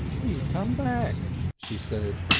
you come back! she said.